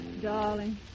Darling